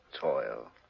toil